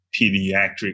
pediatric